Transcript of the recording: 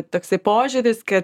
toksai požiūris kad